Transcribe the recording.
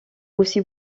aussi